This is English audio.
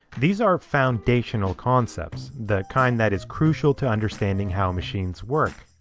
these are foundational concepts, the kind that is crucial to understanding how machines work,